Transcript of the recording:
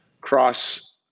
cross